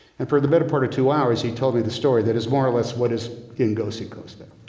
and for the better part of two hours he told me the story that is more or less what is in go see costa.